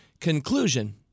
conclusion